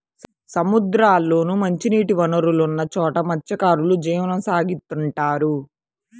సముద్రాల్లోనూ, మంచినీటి వనరులున్న చోట మత్స్యకారులు జీవనం సాగిత్తుంటారు